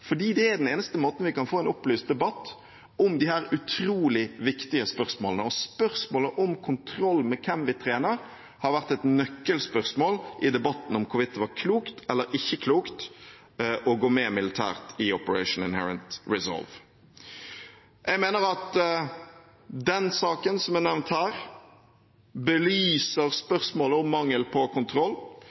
fordi det er den eneste måten vi kan få en opplyst debatt om disse utrolig viktige spørsmålene på. Spørsmålet om kontroll med hvem vi trener, har vært et nøkkelspørsmål i debatten om hvorvidt det var klokt eller ikke klokt å gå med militært i Operation Inherent Resolve. Jeg mener at den saken som er nevnt her, belyser spørsmålet om mangel på kontroll.